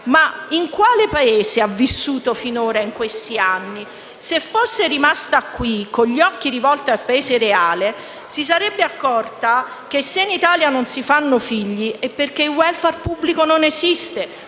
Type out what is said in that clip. in quale Paese abbia vissuto in questi anni; se fosse rimasta qui, con gli occhi rivolti al Paese reale, si sarebbe accorta che, se in Italia non si fanno figli, è perché il *welfare* pubblico non esiste.